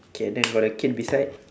K then got a kid beside